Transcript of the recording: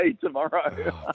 tomorrow